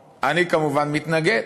הנשים, אני כמובן מתנגד.